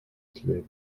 kleben